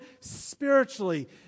spiritually